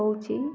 ହେଉଛି